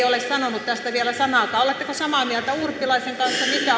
ole sanonut tästä vielä sanaakaan oletteko samaa mieltä urpilaisen kanssa mikä